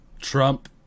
Trump